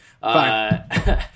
Fine